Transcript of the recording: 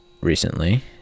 recently